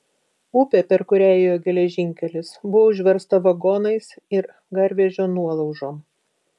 upė per kurią ėjo geležinkelis buvo užversta vagonais ir garvežio nuolaužom